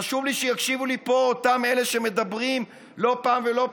חשוב לי שיקשיבו לי פה אותם אלה שמדברים לא פעם ולא פעמיים,